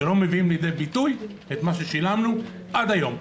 כשלא מביאים לידי ביטוי את מה ששילמנו עד היום,